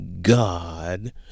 God